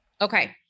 Okay